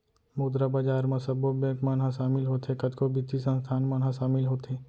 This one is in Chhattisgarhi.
मुद्रा बजार म सब्बो बेंक मन ह सामिल होथे, कतको बित्तीय संस्थान मन ह सामिल होथे